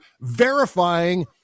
verifying